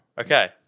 Okay